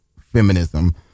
feminism